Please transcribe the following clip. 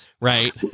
Right